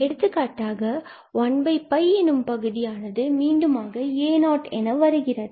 எடுத்துக்காட்டாக 1 எனும் பகுதியானது மீண்டுமாக a0 என வருகிறது